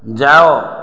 ଯାଅ